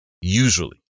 Usually